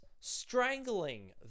strangling